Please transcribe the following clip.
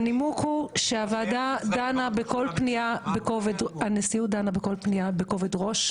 הנשיאות דנה בכל פנייה בכובד ראש.